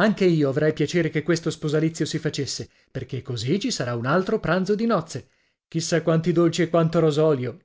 anche io avrei piacere che questo sposalizio si facesse perché così ci sarà un altro pranzo dì nozze e chi sa quanti dolci e quanto rosolio